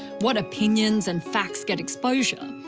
what opinions and facts get exposure.